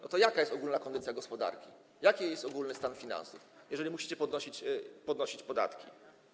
No to jaka jest ogólna kondycja gospodarki, jaki jest ogólny stan finansów, jeżeli musicie podnosić podatki?